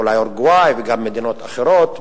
ואולי אורוגוואי וגם מדינות אחרות,